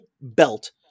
belt